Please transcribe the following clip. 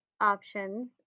options